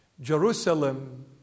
Jerusalem